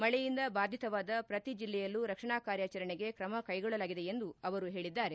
ಮಳೆಯಿಂದ ಬಾಧಿತವಾದ ಪ್ರತಿ ಜಲ್ಲೆಯಲ್ಲೂ ರಕ್ಷಣಾ ಕಾರ್ಯಚರಣೆಗೆ ಕ್ರಮ ಕೈಗೊಳ್ಳಲಾಗಿದೆ ಎಂದು ಅವರು ಹೇಳಿದ್ದಾರೆ